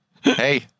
hey